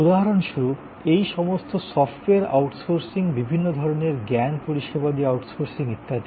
উদাহরণস্বরূপ এই সমস্ত সফ্টওয়্যার আউটসোর্সিং বিভিন্ন ধরণের জ্ঞান পরিষেবাদি আউটসোর্সিং ইত্যাদি